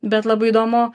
bet labai įdomu